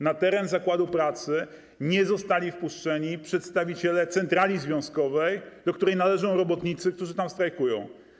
Na teren zakładu pracy nie zostali wpuszczeni przedstawiciele centrali związkowej, do której należą robotnicy, którzy tam strajkują.